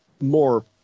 more